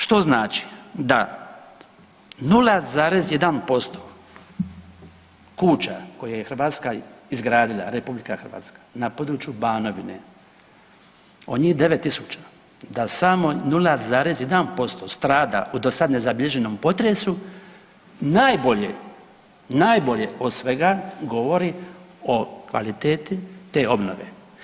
Što znači da 0,1% kuća koje je Hrvatska izgradila, na području Banovine, od njih 9 tisuća, da samo 0,1% strada u dosad nezabilježenom potresu, najbolje, najbolje od svega govori o kvaliteti te obnove.